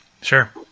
Sure